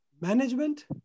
management